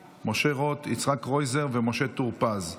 אני מודיע בזאת שהצעת ועדת הפנים והגנת הסביבה לפי סעיף 84(ב)